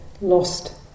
lost